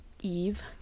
Eve